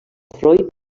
freud